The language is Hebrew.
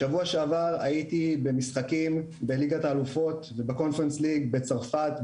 שבוע שעבר הייתי במשחקים בליגת האלופות ובקונפרס ליג בצרפת,